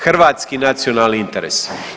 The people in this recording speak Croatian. Hrvatski nacionalni interesi.